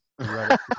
right